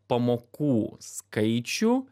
pamokų skaičių